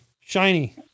shiny